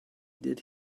did